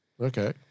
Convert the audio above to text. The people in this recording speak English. Okay